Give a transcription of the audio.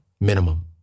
minimum